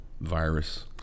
virus